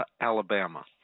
Alabama